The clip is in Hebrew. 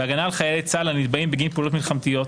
בהגנה על חיילי צה"ל הנתבעים בגין פעולות מלחמתיות,